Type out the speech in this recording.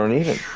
and even.